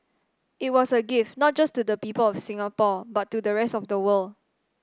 it was a gift not just to the people of Singapore but to the rest of the world